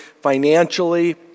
financially